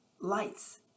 lights